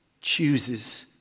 chooses